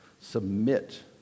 submit